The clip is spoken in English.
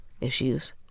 issues